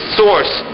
source